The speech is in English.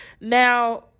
Now